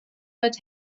fod